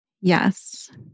Yes